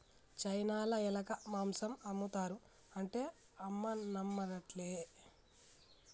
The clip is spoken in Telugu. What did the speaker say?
చైనాల ఎలక మాంసం ఆమ్ముతారు అంటే అమ్మ నమ్మట్లే